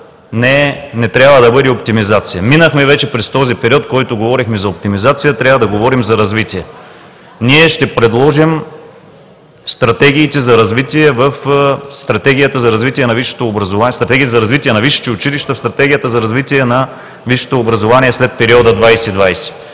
не трябва да бъде оптимизация. Минахме вече през този период, в който говорехме за оптимизация. Трябва да говорим за развитие. Ние ще предложим стратегиите за развитие в Стратегията за развитие на висшите училища, в Стратегията за развитие на висшето образование след периода 2020-а.